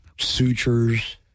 sutures